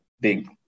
big